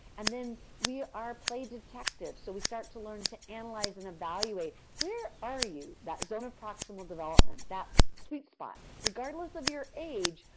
and then, we are play detectives, so we start to learn to analyze and evaluate, where are you, that zone of proximal development, that sweet spot, regardless of your age,